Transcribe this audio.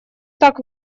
так